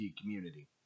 community